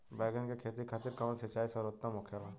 बैगन के खेती खातिर कवन सिचाई सर्वोतम होखेला?